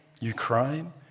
Ukraine